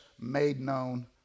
made-known